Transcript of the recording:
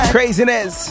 Craziness